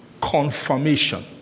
confirmation